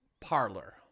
Parlor